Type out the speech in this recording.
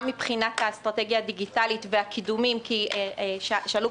גם מבחינת האסטרטגיה הדיגיטלית והקידומים כי שאלו